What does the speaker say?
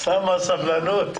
אוסאמה, סבלנות.